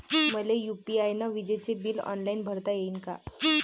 मले यू.पी.आय न विजेचे बिल ऑनलाईन भरता येईन का?